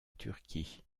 turquie